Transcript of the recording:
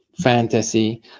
fantasy